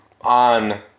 on